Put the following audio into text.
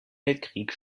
weltkrieg